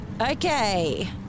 Okay